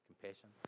compassion